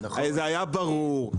זה היה ברור.